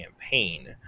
campaign